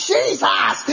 Jesus